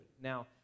Now